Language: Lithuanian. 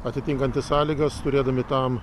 atitinkantys sąlygas turėdami tam